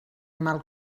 mal